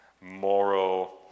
Moral